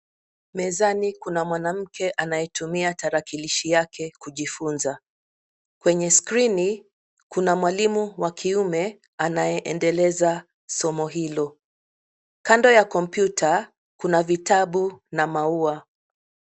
Mezani kuna mwanamke anayetumia tarakilishi yake kujifunza. Kwenye skrini kuna mwalimu wa kiume anayendeleza somo hilo. Kando ya komputa kuna vitabu na maua.